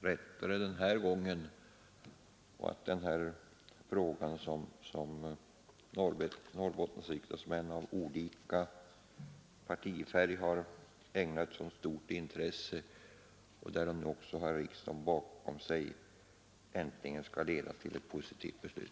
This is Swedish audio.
bättre den här gången och att denna fråga, som Norrbottens riksdagsmän av olika partifärg har ägnat så stort intresse och där de nu har riksdagen bakom sig, äntligen skall leda till ett positivt beslut.